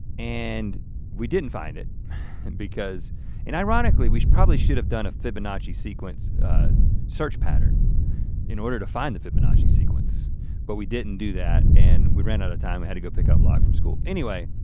and we didn't find it because and ironically, we probably should have done a fibonacci sequence search pattern in order to find the fibonacci sequence but we didn't do that and we ran out of time, we had to go pick up locke from school, anyway,